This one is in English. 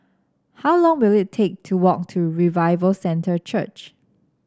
how long will it take to walk to Revival Centre Church